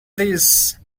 this